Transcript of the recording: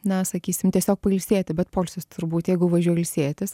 na sakysim tiesiog pailsėti bet poilsis turbūt jeigu važiuoji ilsėtis